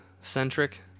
centric